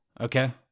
okay